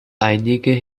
einige